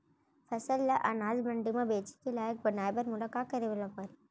फसल ल अनाज मंडी म बेचे के लायक बनाय बर मोला का करे ल परही?